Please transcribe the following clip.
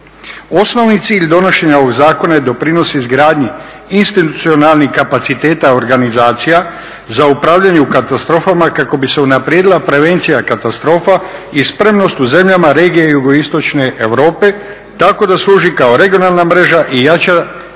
Osnovni cilj donošenja ovog zakona je doprinos izgradnji institucionalnih kapaciteta organizacija za upravljanje u katastrofama kako bi se unaprijedila prevencija katastrofa i spremnost u zemljama regije jugoistočne Europe tako da služi kao regionalna mreža i jača